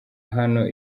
hano